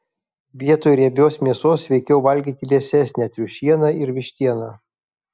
vietoj riebios mėsos sveikiau valgyti liesesnę triušieną ir vištieną